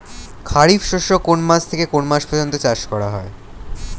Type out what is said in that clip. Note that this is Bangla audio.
খারিফ শস্য কোন মাস থেকে কোন মাস পর্যন্ত চাষ করা হয়?